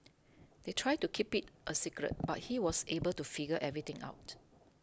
they tried to keep it a secret but he was able to figure everything out